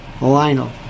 Lionel